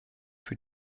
für